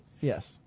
Yes